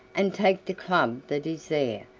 and take the club that is there,